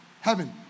heaven